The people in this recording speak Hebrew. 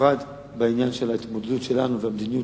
בפרט בעניין ההתמודדות שלנו והמדיניות